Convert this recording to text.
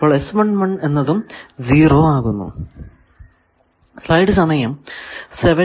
അപ്പോൾ എന്നതും 0 ആകുന്നു